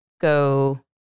go